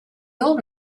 old